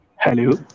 Hello